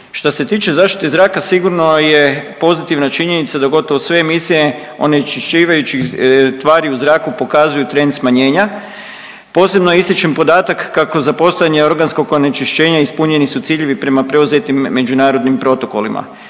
Što se tiče zaštite zraka sigurno je pozitivna činjenica da gotovo sve emisije onečišćivajućih tvari u zraku pokazuju trend smanjenja. Posebno ističem podatak kako za postojanje organskog onečišćenja ispunjeni su ciljevi prema preuzetim međunarodnim protokolima.